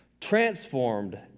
Transformed